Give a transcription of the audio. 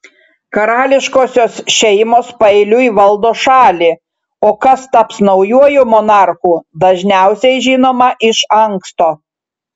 karališkosios šeimos paeiliui valdo šalį o kas taps naujuoju monarchu dažniausiai žinoma iš anksto